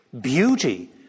beauty